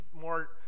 more